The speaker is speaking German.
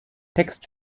text